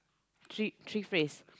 three three phrase